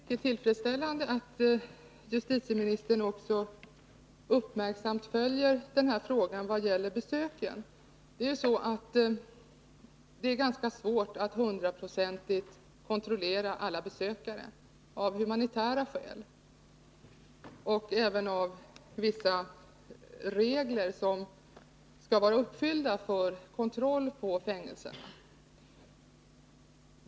Herr talman! Det är mycket tillfredsställande att justitieministern också uppmärksamt följer den här frågan i vad gäller besökare. Det är ganska svårt att hundraprocentigt kontrollera alla besökare av humanitära skäl och även på grund av vissa regler som gäller för kontroll på fängelserna.